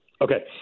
Okay